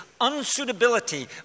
unsuitability